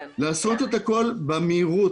יש לעשות הכול במהירות.